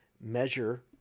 measure